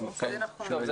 במצב של --- טוב,